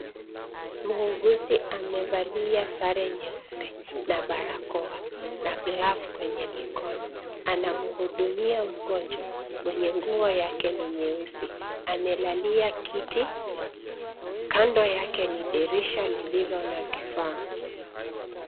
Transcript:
Muuguzi amevalia sare nyeupe na barakoa na glavu kwenye mikono. Anamhudumia mgonjwa mwenye nguo yake ni nyeusi , amelalia kiti. Kando yake ni dirisha lililo na vifaa.